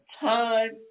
time